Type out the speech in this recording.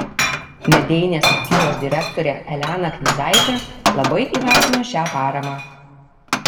medeinės mokyklos direktorė elena knyzaitė labai įvertino šią paramą